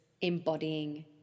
embodying